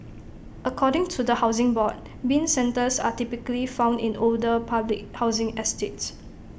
according to the Housing Board Bin centres are typically found in older public housing estates